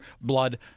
blood